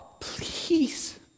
please